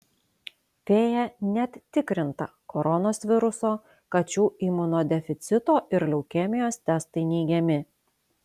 fėja net tikrinta koronos viruso kačių imunodeficito ir leukemijos testai neigiami